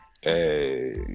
Hey